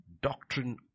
doctrine